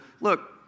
Look